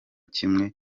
kimwe